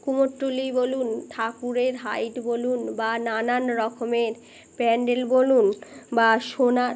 কুমোরটুলি বলুন ঠাকুরের হাইট বলুন বা নানান রকমের প্যান্ডেল বলুন বা সোনার